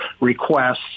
requests